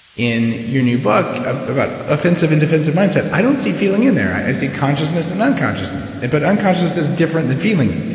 in your new book about offensive and defensive mindset, i don't see feeling in there. i see consciousness and unconsciousness. but unconsciousness is different than feeling,